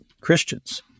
Christians